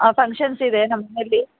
functions ಇದೆ ನಮ್ಮ ಮನೇಲಿ